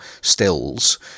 stills